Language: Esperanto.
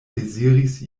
deziris